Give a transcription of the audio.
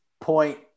point